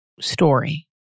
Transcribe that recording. story